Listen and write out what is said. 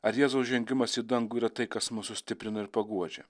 ar jėzaus žengimas į dangų yra tai kas mus sustiprina ir paguodžia